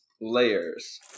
Layers